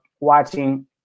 watching